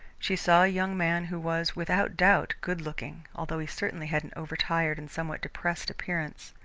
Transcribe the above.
she saw a young man who was, without doubt, good-looking, although he certainly had an over-tired and somewhat depressed appearance.